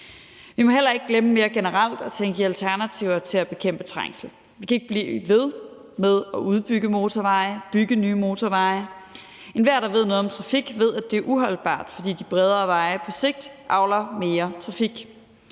Vi må heller ikke glemme mere generelt at tænke i alternativer til at bekæmpe trængsel. Vi kan ikke blive ved med at udbygge motorveje og bygge nye motorveje. Enhver, der ved noget om trafik, ved, at det er uholdbart, fordi de bredere veje på sigt avler mere trafik.